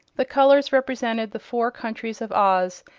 the colors represented the four countries of oz,